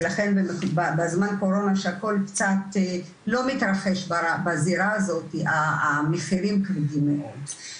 ולכן בזמן קורונה שהכל קצת לא מתרחש בזירה הזאת המחירים כבדים מאוד.